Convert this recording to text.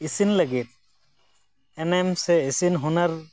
ᱤᱥᱤᱱ ᱞᱟ ᱜᱤᱫ ᱮᱱᱮᱢ ᱥᱮ ᱤᱥᱤᱱ ᱦᱩᱱᱟᱹᱨ